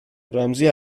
رمزی